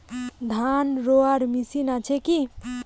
ধান রোয়ার মেশিন আছে কি?